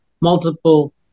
multiple